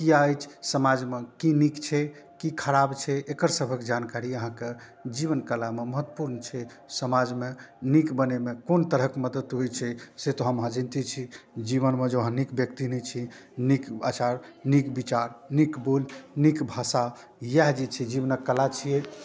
किएक अछि एहि समाजमे कि नीक छै कि खराब छै एकर सबके जानकारी अहाँके जीवन कलामे महत्वपूर्ण छै समाजमे नीक बनैमे कोन तरहके मदति होइ छै से तऽ हम अहाँ जनिते छी जीवनमे जँ अहाँ नीक व्यक्ति नहि छी नीक आचार नीक विचार नीक बोल नीक भाषा इएह जे छै जीवनके कला छिए